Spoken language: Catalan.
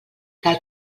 tal